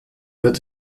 wird